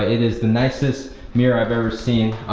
it is the nicest mirror i've ever seen.